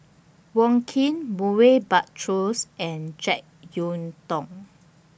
Wong Keen Murray Buttrose and Jek Yeun Thong